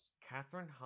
Catherine